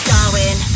Darwin